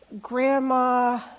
grandma